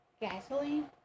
gasoline